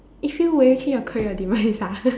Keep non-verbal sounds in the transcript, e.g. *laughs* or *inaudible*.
if you will you change your career or demise ah *laughs*